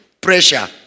pressure